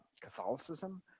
Catholicism